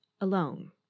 alone